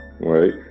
right